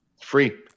free